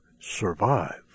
survive